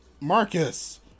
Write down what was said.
Marcus